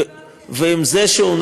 אני לא דיברתי עליו.